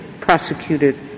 prosecuted